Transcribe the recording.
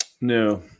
No